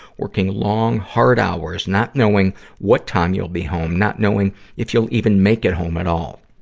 working long, hard hours, not knowing what time you'll be home, not knowing if you'll even make it home at all.